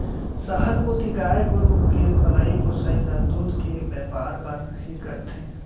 सहर कोती गाय गरू के पलई पोसई ल दूद के बैपार बर ही करथे